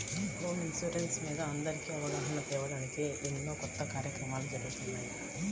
home insurance మీద అందరికీ అవగాహన తేవడానికి ఎన్నో కొత్త కార్యక్రమాలు జరుగుతున్నాయి